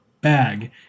bag